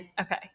Okay